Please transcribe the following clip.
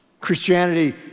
Christianity